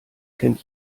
kennt